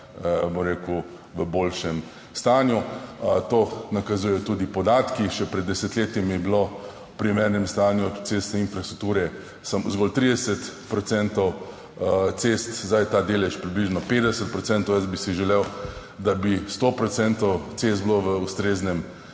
bom rekel, v boljšem stanju. To nakazujejo tudi podatki: še pred desetletjem je bilo v primernem stanju cestne infrastrukture samo zgolj 30 % cest, zdaj ta delež približno 50 %. Jaz bi si želel, da bi 100 % cest bilo v ustreznem